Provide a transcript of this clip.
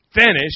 Finish